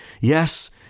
Yes